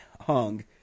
hung